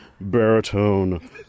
baritone